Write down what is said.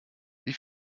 wie